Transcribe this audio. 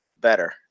better